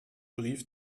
brief